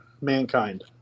Mankind